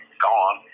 gone